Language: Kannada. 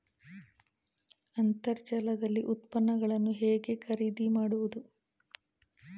ಅಂತರ್ಜಾಲದಲ್ಲಿ ಉತ್ಪನ್ನಗಳನ್ನು ಹೇಗೆ ಖರೀದಿ ಮಾಡುವುದು?